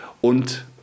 Und